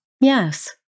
yes